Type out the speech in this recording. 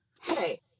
hey